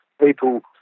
people